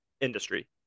industry